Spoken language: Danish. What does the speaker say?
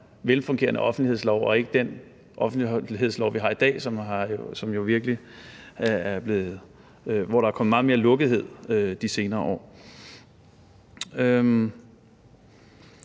velfungerende offentlighedslov og ikke den offentlighedslov, vi har i dag, hvor der er kommet meget mere lukkethed de senere år. Det